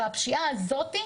והפשיעה הזאת,